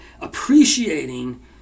appreciating